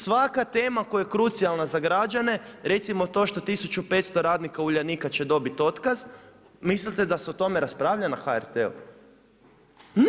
Svaka tema koja je krucijalna za građane, recimo to što 1500 radnika Uljanika će dobiti otkaz, mislite da se o tome raspravlja na HRT-u?